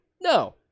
No